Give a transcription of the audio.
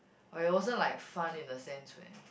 !aiyo! it wasn't like fun in a sense where